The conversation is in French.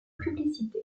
publicité